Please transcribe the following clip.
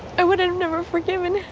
i would never forgive him.